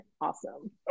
awesome